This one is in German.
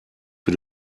für